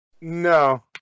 No